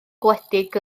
gwledig